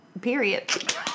period